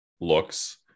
looks